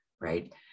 right